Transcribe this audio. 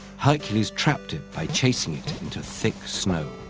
hercules trapped it by chasing it into thick snow.